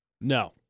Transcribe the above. No